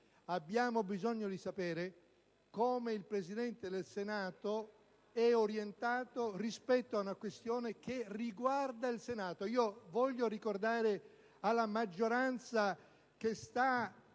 abbiamo bisogno di sapere come il Presidente del Senato è orientato rispetto ad una questione che riguarda il Senato.